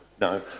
No